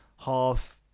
half